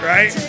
Right